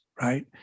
right